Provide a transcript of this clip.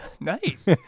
Nice